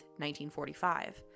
1945